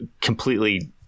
completely